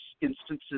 instances